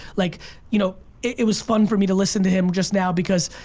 like you know it was fun for me to listen to him just now because